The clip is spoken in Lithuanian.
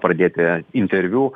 pradėti interviu